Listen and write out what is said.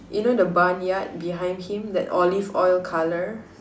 you know the barnyard behind him that olive oil colour